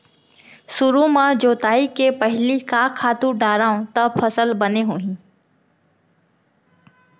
सुरु म जोताई के पहिली का खातू डारव त फसल बने होही?